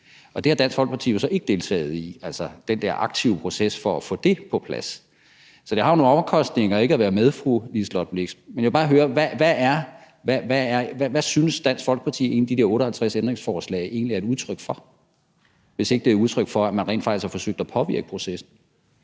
Og det har Dansk Folkeparti jo så ikke deltaget i, altså den der aktive proces for at få det på plads. Så det har jo nogle omkostninger ikke at være med, fru Liselott Blixt. Men jeg vil bare høre: Hvad synes Dansk Folkeparti de der 58 ændringsforslag egentlig er et udtryk for, hvis ikke de er et udtryk for, at man rent faktisk har forsøgt at påvirke processen?